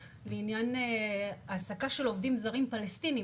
לעניין העסקה של עובדים זרים פלשתינים.